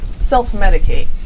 self-medicate